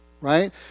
Right